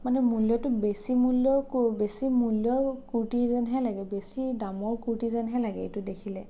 মানে মূল্যটো বেছি মূল্যৰ বেছি মূল্যৰ কূৰ্টী যেনহে লাগে বেছি দামৰ কূৰ্টী যেনহে লাগে এইটো দেখিলে